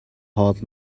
хоол